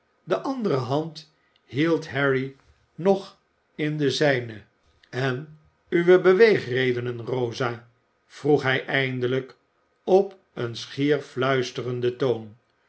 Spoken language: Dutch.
de andere hand hield harry nog in de zijne en uwe beweegredenen rosa vroeg hij eindelijk op een schier fluisterenden toon